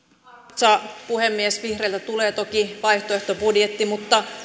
arvoisa puhemies vihreiltä tulee toki vaihtoehtobudjetti mutta